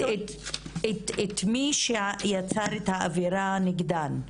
את מי שיצר את העבירה נגדם,